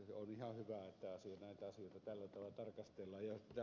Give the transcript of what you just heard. on ihan hyvä että näitä asioita tällä tavalla tarkastellaan